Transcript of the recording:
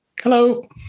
Hello